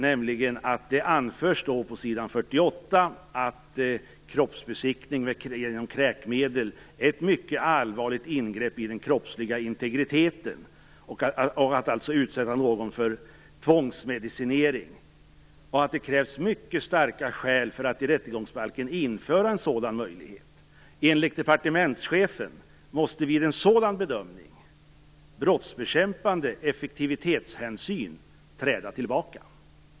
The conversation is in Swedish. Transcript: Det anförs där på s. 48 att kroppsbesiktning genom kräkmedel är ett mycket allvarligt ingrepp i den kroppsliga integriteten, dvs. att utsätta någon för tvångsmedicinering, och att det krävs mycket starka skäl för att i rättegångsbalken införa en sådan möjlighet. Enligt departementschefen måste vid en sådan bedömning brottsbekämpande effektivitetshänsyn träda tillbaka.